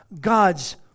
God's